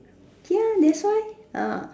ya that's why ah